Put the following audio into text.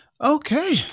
okay